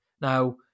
Now